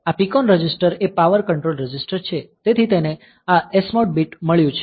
આ PCON register એ power control register છે તેથી તેને આ SMOD બીટ મળ્યું છે